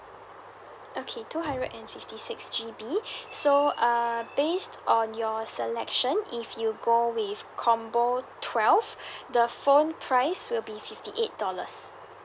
okay two hundred and fifty six G_B so uh based on your selection if you go with combo twelve the phone price will be fifty eight dollars